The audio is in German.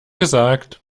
gesagt